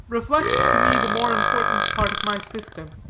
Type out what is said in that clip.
reflect to me the more important part of my system.